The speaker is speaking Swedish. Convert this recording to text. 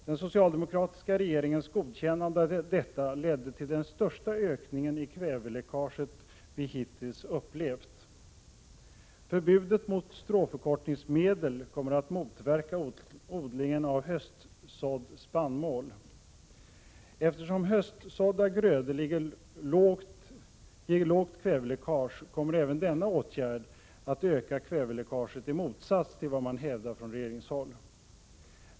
Den socialdemokratiska regeringens godkännande av detta ledde till den största ökningen av kväveläckaget som vi hittills upplevt. Förbudet mot stråförkortningsmedel kommer att motverka odlingen av höstsådd spannmål. Eftersom höstsådda grödor ger lågt kväveläckage kommer även denna åtgärd att öka kväveläckaget, i motsats till vad man hävdar från regeringshåll.